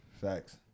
Facts